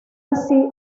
así